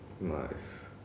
Nice